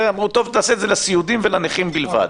ולכן אמרו שנעשה את זה לסיעודיים ולנכים בלבד.